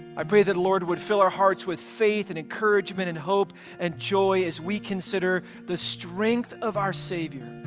i pray that the lord would fill our hearts with faith and encouragement and hope and joy as we consider the strength of our savior,